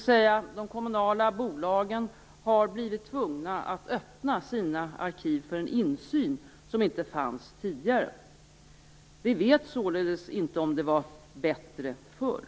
sedan. De kommunala bolagen har alltså blivit tvungna att öppna sina arkiv för insyn - något som inte fanns tidigare. Vi vet således inte om det var bättre förr.